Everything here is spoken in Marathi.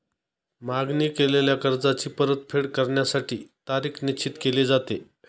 मागणी केलेल्या कर्जाची परतफेड करण्यासाठी तारीख निश्चित केली जाते